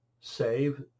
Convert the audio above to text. save